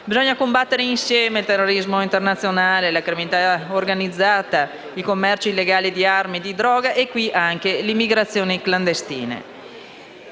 Bisogna combattere insieme il terrorismo internazionale, la criminalità organizzata, il commercio illegale di armi e droga e, nel caso di specie, anche l'immigrazione clandestina.